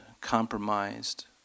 compromised